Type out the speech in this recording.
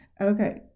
Okay